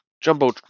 jumbo